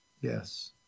Yes